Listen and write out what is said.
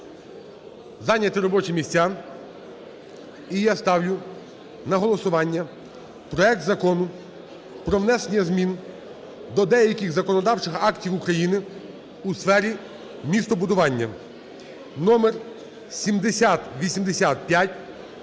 Зайняти робочі місця. І я ставлю на голосування проект Закону про внесення змін до деяких законодавчих актів України у сфері містобудування (№7085).